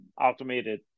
automated